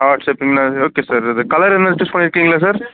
okay sir இது colour எதனா choose பண்ணியிருக்கீங்களா சார்